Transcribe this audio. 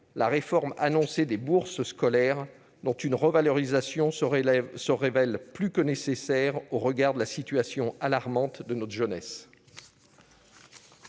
la réforme annoncée des bourses scolaires, dont une revalorisation se révèle plus que nécessaire au regard de la situation alarmante de notre jeunesse.